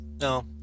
No